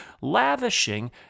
lavishing